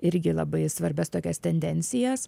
irgi labai svarbias tokias tendencijas